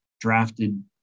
drafted